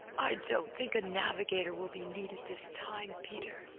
i don't think a navigator will be needed this time, peter.